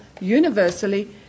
universally